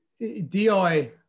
DI